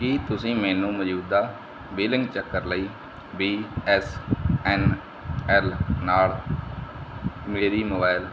ਕੀ ਤੁਸੀਂ ਮੈਨੂੰ ਮੌਜੂਦਾ ਬਿਲਿੰਗ ਚੱਕਰ ਲਈ ਬੀ ਐੱਸ ਐੱਨ ਐੱਲ ਨਾਲ ਮੇਰੀ ਮੋਬੈਲ